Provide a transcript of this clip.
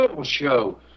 Show